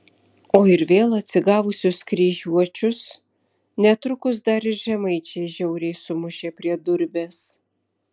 o ir vėl atsigavusius kryžiuočius netrukus dar ir žemaičiai žiauriai sumušė prie durbės